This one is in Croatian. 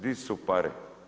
Di su pare?